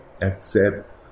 accept